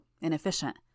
inefficient